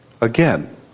Again